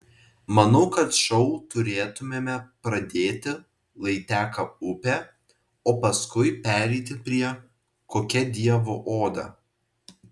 manau kad šou turėtumėme pradėti lai teka upė o paskui pereiti prie kokia dievo oda